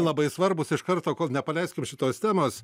labai svarbūs iš karto kol nepaleiskim šitos temos